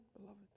beloved